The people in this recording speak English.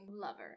lover